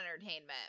Entertainment